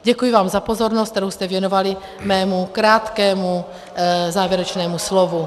Děkuji vám za pozornost, kterou jste věnovali mému krátkému závěrečnému slovu.